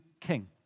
king